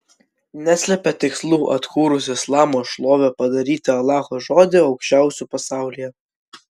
neslepia tikslų atkūrus islamo šlovę padaryti alacho žodį aukščiausiu pasaulyje